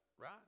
right